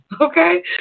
Okay